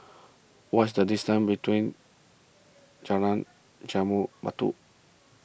what is the distance between Jalan Jambu Batu